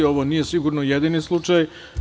Ovo nije sigurno jedini slučaj.